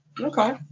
okay